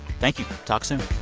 thank you. talk soon